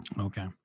Okay